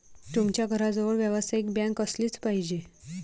तुमच्या घराजवळ व्यावसायिक बँक असलीच पाहिजे